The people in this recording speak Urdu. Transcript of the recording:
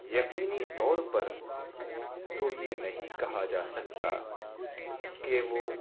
یقینی طور پر تو یہ نہیں کہا جا سکتا کہ وہ